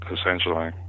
essentially